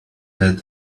had